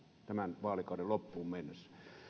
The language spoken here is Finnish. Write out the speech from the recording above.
tämän vaalikauden loppuun mennessä